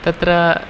तत्र